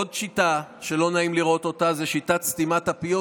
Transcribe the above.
עוד שיטה שלא נעים לראות אותה זה שיטת סתימת הפיות.